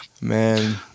man